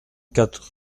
quatre